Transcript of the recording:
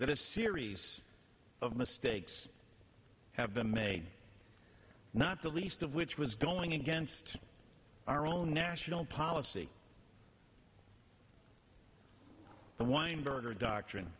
that a series of mistakes have been made not the least of which was going against our own national policy the weinberger doctrine